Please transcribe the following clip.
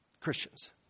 Christians